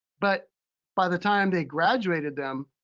but by the time they graduated them,